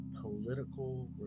political